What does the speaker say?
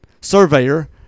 surveyor